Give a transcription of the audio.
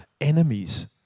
enemies